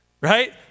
Right